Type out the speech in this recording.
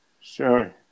Sure